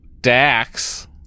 Dax